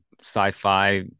sci-fi